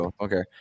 okay